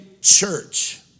church